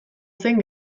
zen